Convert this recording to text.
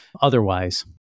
otherwise